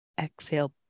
Exhale